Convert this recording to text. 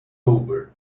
over